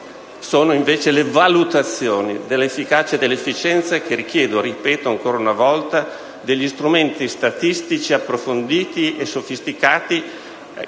realizzare valutazioni dell'efficacia e dell'efficienza che richiedono - lo ripeto ancora una volta - strumenti statistici approfonditi e sofisticati